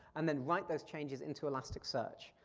and then write those changes into elasticsearch.